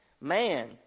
man